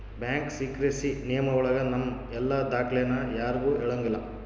bank secrecy ನಿಯಮ ಒಳಗ ನಮ್ ಎಲ್ಲ ದಾಖ್ಲೆನ ಯಾರ್ಗೂ ಹೇಳಂಗಿಲ್ಲ